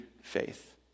faith